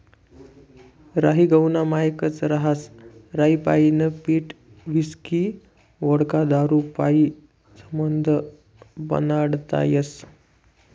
राई गहूना मायेकच रहास राईपाईन पीठ व्हिस्की व्होडका दारू हायी समधं बनाडता येस